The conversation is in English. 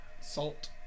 Salt